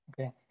Okay